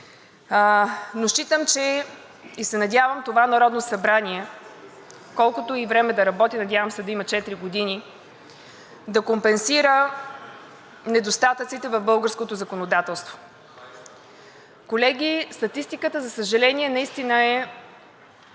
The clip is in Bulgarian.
но считам и се надявам това Народно събрание, колкото и време да работи, надявам се да има четири години, да компенсира недостатъците в българското законодателство. Колеги, статистиката, за съжаление, наистина е